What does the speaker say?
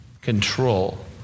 control